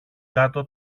κάτω